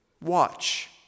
Watch